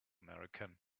american